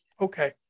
okay